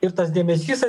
ir tas dėmesys